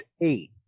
eight